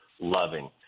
loving